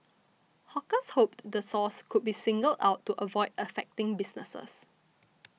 hawkers hoped the source could be singled out to avoid affecting businesses